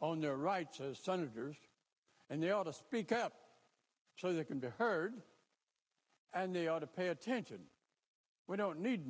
on their rights as senators and they ought to speak up so they can be heard and they ought to pay attention we don't need